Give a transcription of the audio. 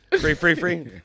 Free-free-free